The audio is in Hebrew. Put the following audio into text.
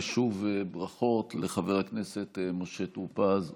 ושוב, ברכות לחבר הכנסת משה טור פז ובהצלחה.